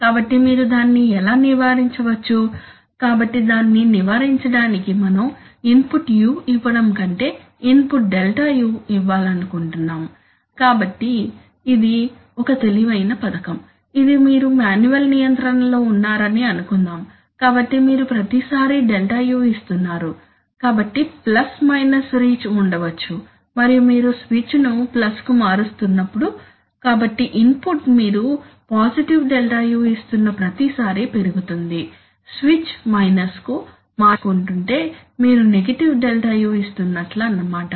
కాబట్టి మీరు దాన్ని ఎలా నివారించవచ్చు కాబట్టి దాన్ని నివారించడానికి మనం ఇన్పుట్ u ఇవ్వడం కంటే ఇన్పుట్ ΔU ఇవ్వాలనుకుంటున్నాము కాబట్టి ఇది ఒక తెలివైన పథకం ఇది మీరు మాన్యువల్ నియంత్రణలో ఉన్నారని అనుకుందాం కాబట్టి మీరు ప్రతిసారీ ΔU ఇస్తున్నారు కాబట్టి ప్లస్ మైనస్ రీచ్ ఉండవచ్చు మరియు మీరు స్విచ్ను ప్లస్కు మారుస్తున్నారు కాబట్టి ఇన్పుట్ మీరు పాజిటివ్ ΔU ఇస్తున్న ప్రతి సారి పెరుగుతుంది స్విచ్ మైనస్కు మార్చు కొంటుంటే మీరు నెగటివ్ ΔU ఇస్తున్నట్లు అన్నమాట